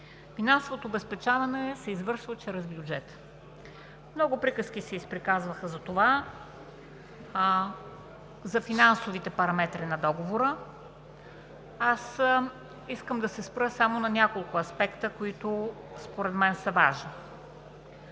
Финансовото обезпечаване се извършва чрез бюджета. Много приказки се изприказваха за това – за финансовите параметри на договора. Аз искам да се спра само на няколко аспекта, които според мен са важни.